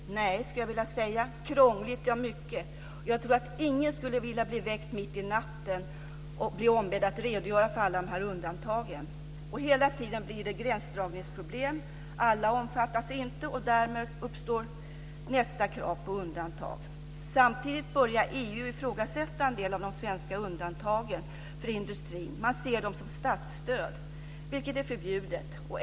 Nej, skulle jag vilja säga. Krångligt? Ja, mycket. Jag tror att ingen skulle vilja bli väckt mitt i natten och bli ombedd att redogöra för alla undantagen. Det blir hela tiden gränsdragningsproblem. Alla omfattas inte, och därmed uppstår nästa krav på undantag. Samtidigt börjar EU ifrågasätta en del av de svenska undantagen för industrin. Man ser dem som statsstöd, vilket är förbjudet.